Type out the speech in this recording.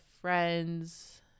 friends